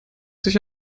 sich